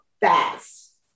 fast